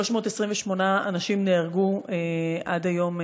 328 אנשים נהרגו עד היום,